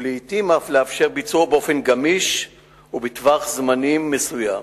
ולעתים אף לאפשר ביצוע באופן גמיש ובטווח זמנים מסוים.